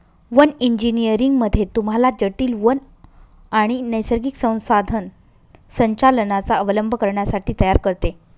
one engineering मध्ये तुम्हाला जटील वन आणि नैसर्गिक संसाधन संचालनाचा अवलंब करण्यासाठी तयार करते